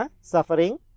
Suffering